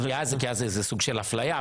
כי אז זה סוג של אפליה,